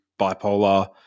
bipolar